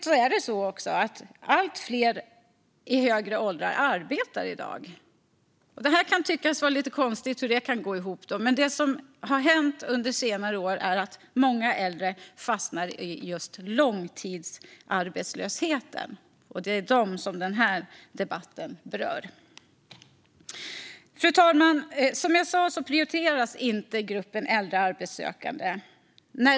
Samtidigt som allt fler i högre åldrar arbetar fastnar också många äldre i långtidsarbetslöshet, och det är dem denna debatt handlar om. Fru talman! Som jag sa prioriteras inte gruppen äldre arbetssökande.